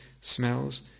smells